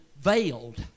veiled